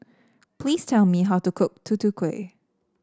please tell me how to cook Tutu Kueh